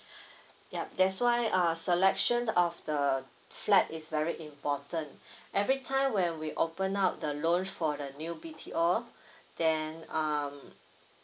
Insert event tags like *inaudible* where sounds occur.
*breath* yup that's why uh selection of the flat is very important *breath* every time when we open up the loan for the new B_T_O *breath* then um